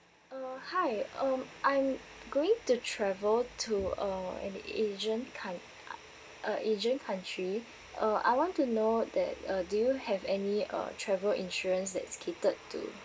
uh hi um I'm going to travel to uh any asian coun~ uh asian country uh I want to know that uh do you have any uh travel insurance that's catered to